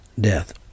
death